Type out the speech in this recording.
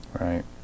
Right